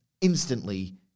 instantly